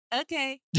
Okay